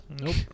Nope